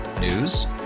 News